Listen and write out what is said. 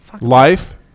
life